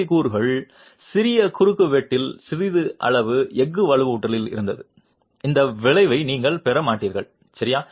C கூறுகளின் சிறிய குறுக்குவெட்டில் சிறிய அளவு எஃகு வலுவூட்டலில் இருந்து அந்த விளைவை நீங்கள் பெற மாட்டீர்கள் சரியா